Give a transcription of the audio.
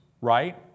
right